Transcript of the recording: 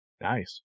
Nice